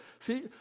See